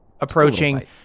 approaching